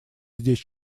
здесь